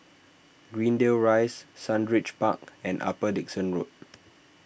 Greendale Rise Sundridge Park and Upper Dickson Road